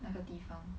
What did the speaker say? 那个地方